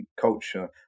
culture